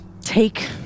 take